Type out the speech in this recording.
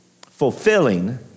fulfilling